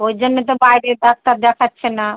ওই জন্যেই তো বাইরের ডাক্তার দেখাচ্ছি না